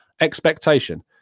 expectation